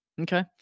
okay